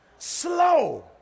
Slow